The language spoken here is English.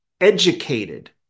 educated